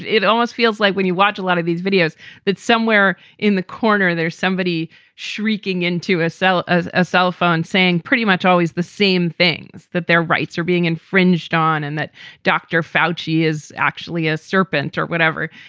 it almost feels like when you watch a lot of these videos that somewhere in the corner there's somebody shrieking into a cell, a cell phone, saying pretty much always the same things, that their rights are being infringed on and that dr. foushee is actually a serpent or whatever.